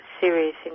serious